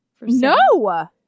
No